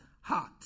heart